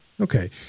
Okay